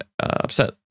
upset